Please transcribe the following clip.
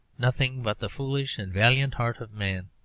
nothing but the foolish and valiant heart of man.